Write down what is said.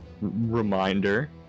reminder